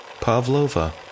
Pavlova